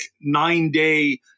nine-day